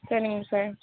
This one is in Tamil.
சரிங்க சார்